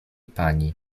pani